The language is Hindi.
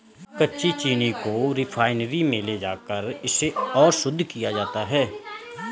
कच्ची चीनी को रिफाइनरी में ले जाकर इसे और शुद्ध किया जाता है